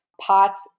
POTS